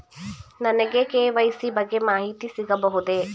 ನನಗೆ ಕೆ.ವೈ.ಸಿ ಬಗ್ಗೆ ಮಾಹಿತಿ ಸಿಗಬಹುದೇ?